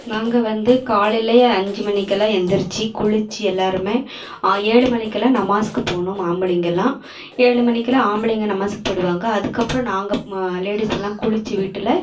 நாங்கள் வந்து காலையிலே அஞ்சு மணிக்கெல்லாம் எந்திரிச்சி குளிச்சு எல்லாருமே ஏழு மணிக்கெல்லாம் நமாஸுக்கு போகணும் ஆம்பளைங்க எல்லாம் ஏழு மணிக்குலாம் ஆம்பளைங்க நமாஸுக்கு போயிவிடுவாங்க அதுக்கப்பறம் நாங்கள் ம லேடிஸ் எல்லாம் குளிச்சு வீட்டில்